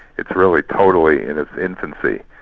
it's really totally in its infancy,